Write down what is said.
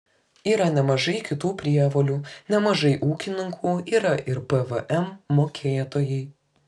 yra nemažai kitų prievolių nemažai ūkininkų yra ir pvm mokėtojai